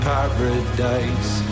Paradise